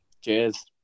Cheers